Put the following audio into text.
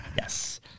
Yes